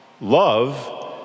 love